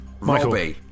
Michael